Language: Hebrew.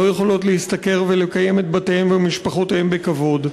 לא יכולות להשתכר ולקיים את בתיהן ומשפחותיהן בכבוד,